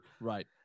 Right